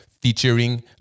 featuring